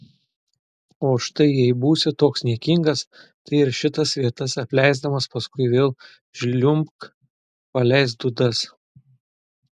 o štai jei būsi toks niekingas tai ir šitas vietas apleisdamas paskui vėl žliumbk paleisk dūdas